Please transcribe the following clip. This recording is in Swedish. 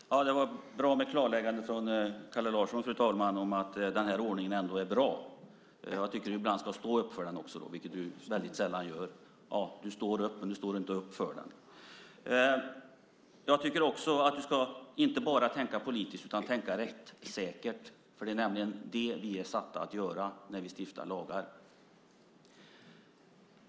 Fru talman! Det var bra med klarläggandet från Kalle Larsson om att den ordning vi nu har ändå är bra. Jag tycker att du ska stå upp för den också, vilket du väldigt sällan gör. Ja, du står upp nu, men du står inte upp för den. Jag tycker att du inte bara ska tänka politiskt utan också rättssäkert. Det är nämligen det vi är satta att göra när vi stiftar lagar.